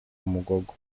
umugogo